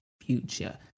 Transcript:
future